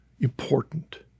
important